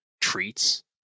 treats